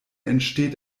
entsteht